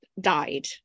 died